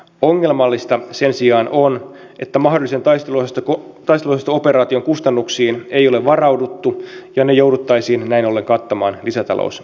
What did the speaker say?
ongelmallista sen sijaan on että mahdollisen taisteluosasto operaation kustannuksiin ei ole varauduttu ja ne jouduttaisiin näin ollen kattamaan lisätalousarviolla